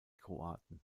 kroaten